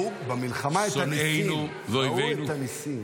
תראה איך כל הזמן ראו במלחמה את הניסים.